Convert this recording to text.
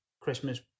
christmas